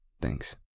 Thanks